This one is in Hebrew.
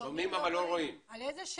אם הם